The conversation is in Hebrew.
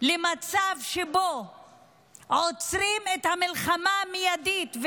למצב שבו עוצרים את המלחמה מיידית.